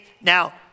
Now